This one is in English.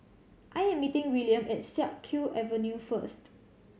I am meeting Wiliam at Siak Kew Avenue first